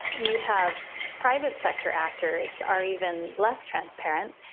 you have private sector actors are even less transparent,